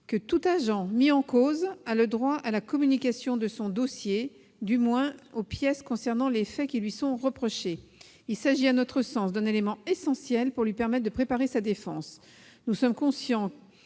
que tout agent mis en cause a le droit à la communication de son dossier, du moins aux pièces concernant les faits qui lui sont reprochés. Il s'agit d'un élément essentiel pour lui permettre de préparer sa défense. Nous sommes conscients